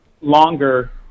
longer